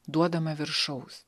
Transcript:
duodama viršaus